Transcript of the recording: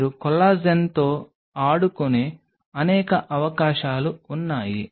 మీరు కొల్లాజెన్తో ఆడుకునే అనేక అవకాశాలు ఉన్నాయి